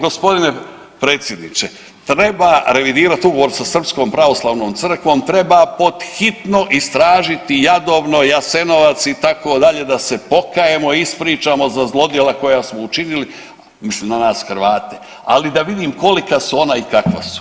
G. predsjedniče, treba revidirati ugovor sa Srpskom pravoslavnom crkvom, treba pod hitno istražiti Jadovno, Jasenovac, itd., da se pokajemo, ispričamo za zlodjela koja smo učinili, mislim na nas Hrvate, ali da vidim kolika su ona i kakva su.